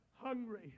hungry